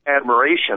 admiration